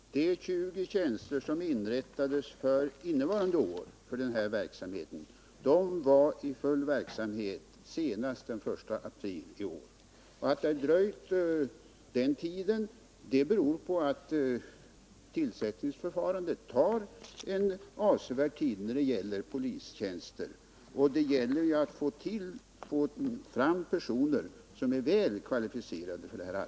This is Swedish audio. Herr talman! För de 20 tjänster som inrättades innevarande budgetår för denna verksamhet var verksamheten i full gång senast den 1 april i år. Att det dröjt den tiden beror på att tillsättningsförfarandet tar avsevärd tid när det gäller polistjänster. Det gäller ju att få fram personer som är väl kvalificerade för arbetet.